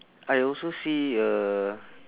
I also see uh